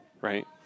right